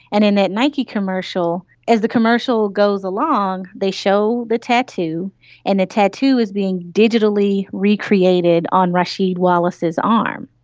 and in that nike commercial, as the commercial goes along they show the tattoo and the tattoo is being digitally recreated on rasheed wallace's arm.